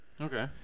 Okay